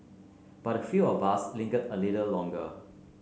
but a few of us lingered a little longer